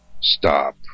stop